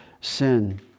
sin